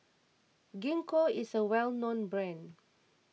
Gingko is a well known brand